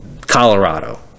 Colorado